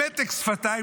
במתק שפתיים,